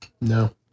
No